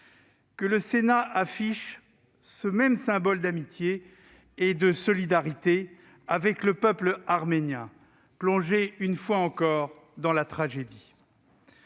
que le Sénat affiche ce même symbole d'amitié et de solidarité avec le peuple arménien, plongé une fois encore dans la tragédie.